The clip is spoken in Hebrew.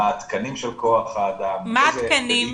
מה התקנים של כח האדם --- מה התקנים